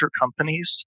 companies